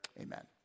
amen